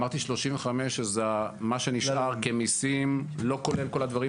אמרתי 35 שזה מה שנשאר כמיסים לא כולל כל הדברים